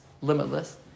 limitless